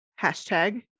hashtag